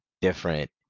different